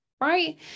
right